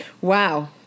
Wow